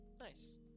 Nice